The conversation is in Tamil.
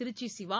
திருச்சிசிவா